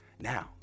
Now